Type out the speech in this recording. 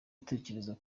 utekereza